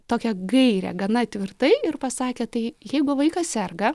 tokią gairę gana tvirtai ir pasakė tai jeigu vaikas serga